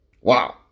Wow